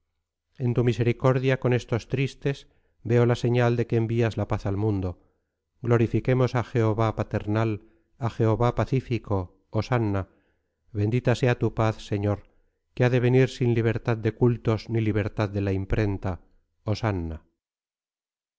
en tu misericordia con estos tristes veo la señal de que envías la paz al mundo glorifiquemos a jehová paternal a jehová pacífico hosanna bendita sea tu paz señor que ha de venir sin libertad de cultos ni libertad de la imprenta hosanna